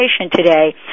today